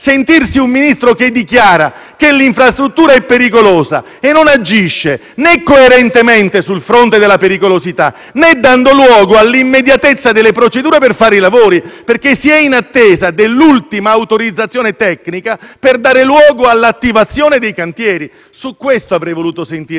sente un Ministro dichiarare che l'infrastruttura è pericolosa, quel Ministro poi non agisce, né coerentemente sul fronte della pericolosità, né dando luogo a l'immediatezza delle procedure per fare i lavori, perché si è in attesa dell'ultima autorizzazione tecnica per attivare i cantieri. Su questo avrei voluto sentire